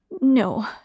no